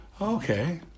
Okay